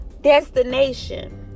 destination